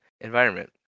environment